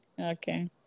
okay